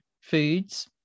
foods